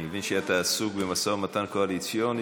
אני מבין שאתה עסוק במשא ומתן קואליציוני,